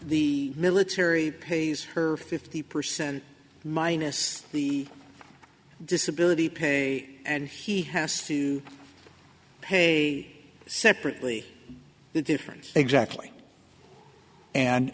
the military pays her fifty percent minus the disability pay and he has to pay separately the difference exactly and